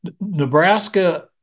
Nebraska